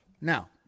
Now